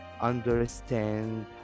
understand